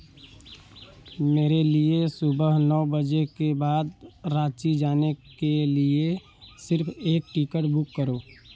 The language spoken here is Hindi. मेरे लिए सुबह नौ बजे के बाद राँची जाने के लिए सिर्फ़ एक टिकट बुक करो